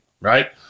right